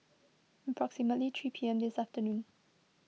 approximately three P M this afternoon